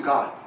God